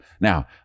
Now